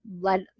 Let